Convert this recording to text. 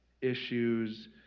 issues